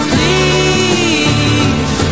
Please